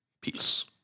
Peace